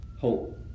hope